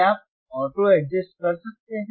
क्या आप auto adjust कर सकते हैं